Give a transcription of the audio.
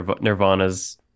Nirvana's